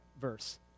verse